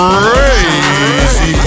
Crazy